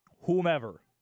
whomever